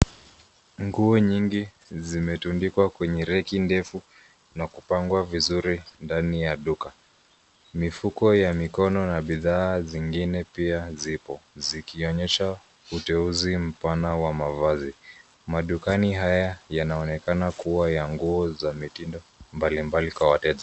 Nguo nyingi zimetundikwa kwenye reki ndefu na kupangwa vizuri ndani ya duka. Mifuko ya mikono na bidhaa zingine pia zipo, zikionyesha uteuzi mpana wa mavazi. Madukani haya yanaonekana kuwa ya nguo za mitindo mbalimbali kwa wateja.